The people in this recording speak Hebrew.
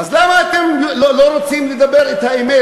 אז למה אתם לא רוצים לדבר את האמת?